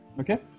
Okay